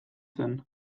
zen